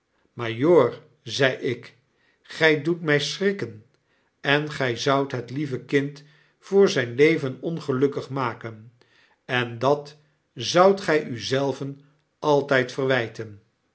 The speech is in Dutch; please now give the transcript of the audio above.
majoor zei ik gij doet my schrikken en gy zoudt het lieve kind voor zyn leven ongelukkig maken en dat zoudt gij u zelven altijd verwyten